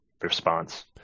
response